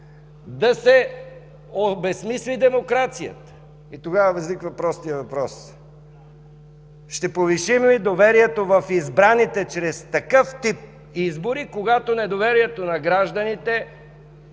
да се обезсмисли демокрацията. Тогава възниква простият въпрос: ще повишим ли доверието в избраните чрез такъв тип избори, когато недоверието на гражданите